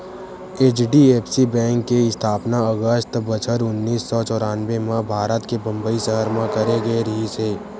HDFC bank के इस्थापना अगस्त बछर उन्नीस सौ चौरनबें म भारत के बंबई सहर म करे गे रिहिस हे